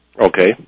Okay